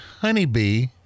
honeybee